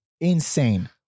insane